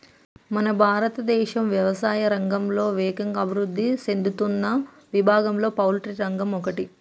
మన భారతదేశం యవసాయా రంగంలో వేగంగా అభివృద్ధి సేందుతున్న విభాగంలో పౌల్ట్రి రంగం ఒకటి